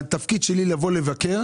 והתפקיד שלי הוא לבוא ולבקר,